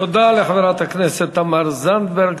תודה לחברת הכנסת תמר זנדברג.